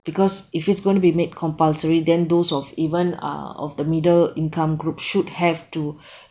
because if it's going to be made compulsory then those of even uh of the middle income group should have to